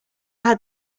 had